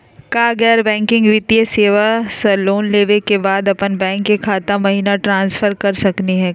का गैर बैंकिंग वित्तीय सेवाएं स लोन लेवै के बाद अपन बैंको के खाता महिना ट्रांसफर कर सकनी का हो?